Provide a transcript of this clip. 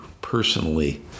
personally